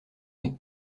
nez